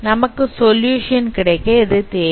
நமக்கு சொல்யூஷன் கிடைக்க இது தேவை